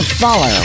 Follow